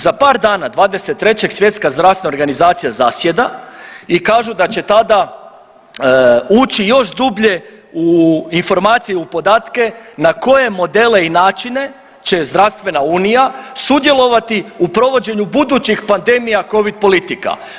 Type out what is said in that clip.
Za par dana, 23., Svjetska zdravstvena organizacija zasjeda i kažu da će tada ući još dublje u informacije, u podatke na koje modele i načine će Zdravstvena unija sudjelovati u provođenju budućih pandemija COVID politika.